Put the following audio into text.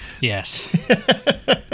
Yes